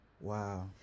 wow